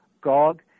Gog